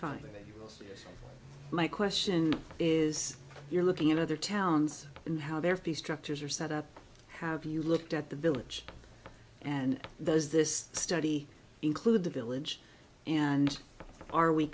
fine my question is you're looking at other towns and how their fees structures are set up have you looked at the village and those this study include the village and are we